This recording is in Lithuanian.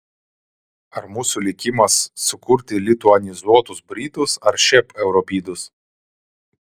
ar mūsų likimas sukurti lituanizuotus britus ar šiaip europidus